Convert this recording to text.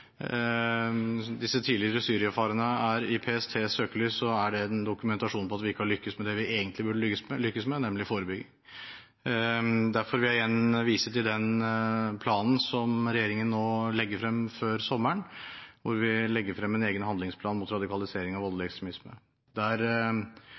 disse tidligere Syria-farerne er i PSTs søkelys, er det en dokumentasjon på at vi ikke har lyktes med det vi egentlig burde lykkes med, nemlig forebygging. Derfor vil jeg igjen vise til den planen som regjeringen nå legger frem før sommeren, en egen handlingsplan mot radikalisering